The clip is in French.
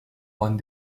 bande